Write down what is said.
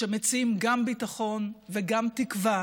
שמציעים גם ביטחון וגם תקווה,